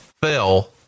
fell